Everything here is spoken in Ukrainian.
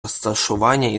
розташування